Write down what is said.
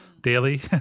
daily